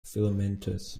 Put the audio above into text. filamentous